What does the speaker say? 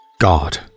God